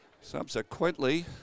Subsequently